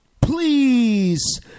please